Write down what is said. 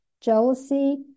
jealousy